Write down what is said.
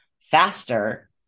faster